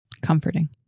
Comforting